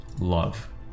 love